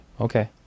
Okay